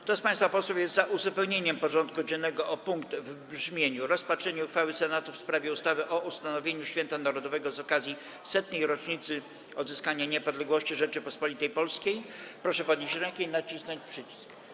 Kto z państwa posłów jest za uzupełnieniem porządku dziennego o punkt w brzmieniu: Rozpatrzenie uchwały Senatu w sprawie ustawy o ustanowieniu Święta Narodowego z okazji Setnej Rocznicy Odzyskania Niepodległości Rzeczypospolitej Polskiej, proszę podnieść rękę i nacisnąć przycisk.